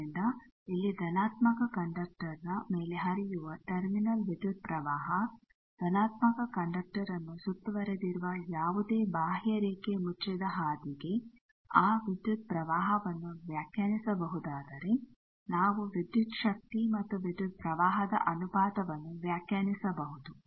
ಆದ್ದರಿಂದ ಇಲ್ಲಿ ಧನಾತ್ಮಕ ಕಂಡಕ್ಟರ್ನ ಮೇಲೆ ಹರಿಯುವ ಟರ್ಮಿನಲ್ ವಿದ್ಯುತ್ ಪ್ರವಾಹ ಧನಾತ್ಮಕ ಕಂಡಕ್ಟರ್ನ್ನು ಸುತ್ತುವರೆದಿರುವ ಯಾವುದೇ ಬಾಹ್ಯರೇಖೆ ಮುಚ್ಚಿದ ಹಾದಿಗೆ ಆ ವಿದ್ಯುತ್ ಪ್ರವಾಹವನ್ನು ವ್ಯಾಖ್ಯಾನಿಸಬಹುದಾದರೆ ನಾವು ವಿದ್ಯುತ್ ಶಕ್ತಿ ಮತ್ತು ವಿದ್ಯುತ್ ಪ್ರವಾಹದ ಅನುಪಾತವನ್ನು ವ್ಯಾಖ್ಯಾನಿಸಬಹುದು